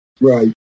Right